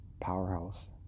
powerhouse